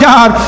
God